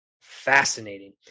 fascinating